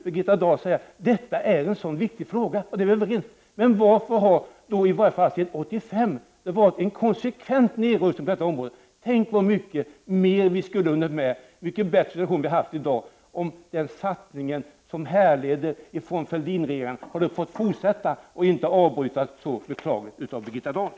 Birgitta Dahl säger att detta är en viktig fråga, och det är vi överens om. Men varför har det då sedan 1985 förekommit en konsekvent nedrustning på detta område? Tänk så mycket mer vi skulle ha hunnit med och hur mycket bättre situationen skulle ha varit i dag, om den satsning som påbörjades av Fälldinregeringen fått fortsätta och inte hade avbrutits så beklagligt av Birgitta Dahl!